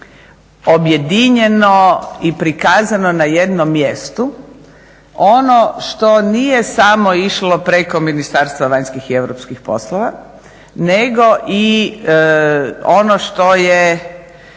objedinjeno i prikazano na jednom mjestu ono što nije samo išlo preko Ministarstva vanjskih i europskih poslova nego i ono što je